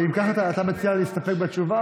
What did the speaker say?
אם כך, אתה מציע להסתפק בתשובה או ועדה?